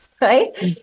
right